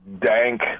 dank